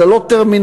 זו לא טרמינולוגיה,